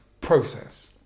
process